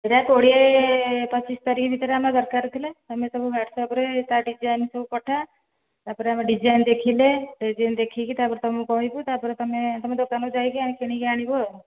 ଏଟା କୋଡ଼ିଏ ପଚିଶ ତାରିଖ ଭିତରେ ଆମର ଦରକାର ଥିଲା ତମେ ସବୁ ହ୍ଵାଟ୍ସଆପ୍ରେ ତା ଡ଼ିଜାଇନ୍ ସବୁ ପଠାଅ ତା'ପରେ ଆମେ ଡ଼ିଜାଇନ୍ ଦେଖିଲେ ଡିଜାଇନ୍ ଦେଖିକି ତା'ପରେ ତୁମକୁ କହିବୁ ତା'ପରେ ତୁମେ ତୁମ ଦୋକାନକୁ ଯାଇକି କିଣିକି ଆଣିବୁ ଆଉ